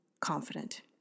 confident